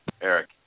Eric